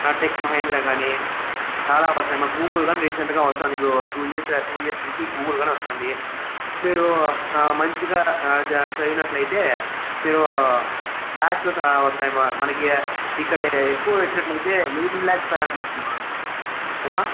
tech Mahindra కాని చాలా వస్తాయి మా గూగుల్ కాని రీసెంట్గా వస్తుంది ఇప్పుడు టూ ఇయర్స్ టూ ఇయర్స్ నుంచి గూగుల్ కాని వస్తుంది మీరు మంచిగా చదివినట్లయితే మీరు లాస్ట్లో వస్తాయి మా మనకి ఇక్కడ ఎక్కువ ఎయిటీన్ ల్యాక్స్ పర్ యానమ్ వచ్చింది అమ్మ ఏమ్మా